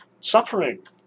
suffering